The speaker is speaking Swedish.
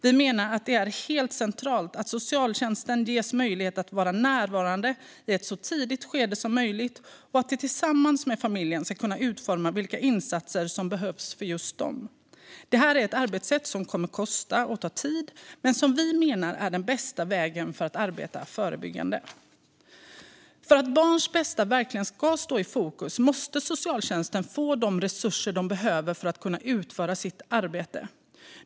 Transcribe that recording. Vi menar att det är helt centralt att socialtjänsten ges möjlighet att vara närvarande i ett så tidigt skede som möjligt och att den tillsammans med familjerna ska kunna utforma vilka insatser som behövs för just dem. Det är ett arbetssätt som kommer att kosta och ta tid men som vi menar är den bästa vägen för att arbeta förebyggande. För att barns bästa verkligen ska stå i fokus måste socialtjänsten få de resurser den behöver för att kunna utföra sitt arbete.